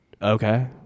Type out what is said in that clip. Okay